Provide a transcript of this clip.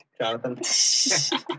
Jonathan